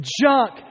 junk